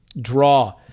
Draw